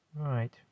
right